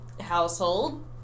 household